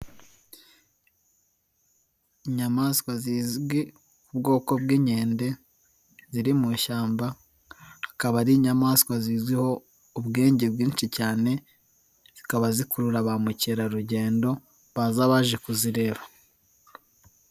Inyamaswa zizwi ubwoko bw'inkende ziri mu ishyamba, akaba ari inyamaswa zizwiho ubwenge bwinshi cyane, zikaba zikurura ba mukerarugendo baza baje kuzireba.